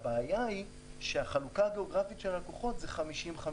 הבעיה היא שהחלוקה הגאוגרפית של הלקוחות זה 50/50,